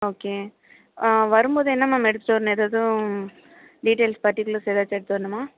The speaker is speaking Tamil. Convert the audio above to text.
ஓகே வரும் போது என்ன மேம் எடுத்துகிட்டு வரணும் ஏதாவதும் டீட்டெயில்ஸ் பர்ட்டிகுலர்ஸ் ஏதாச்சும் எடுத்து வரணுமா